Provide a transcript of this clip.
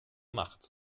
macht